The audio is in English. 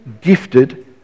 gifted